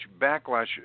backlash